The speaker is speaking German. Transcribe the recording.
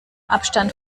abstand